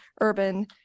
Urban